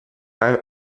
ein